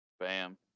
Bam